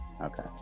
Okay